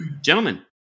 Gentlemen